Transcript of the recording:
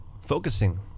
Focusing